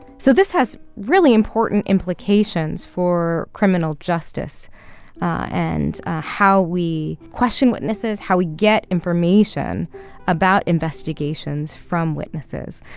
so this has really important implications for criminal justice and how we question witnesses, how we get information about investigations from witnesses.